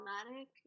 problematic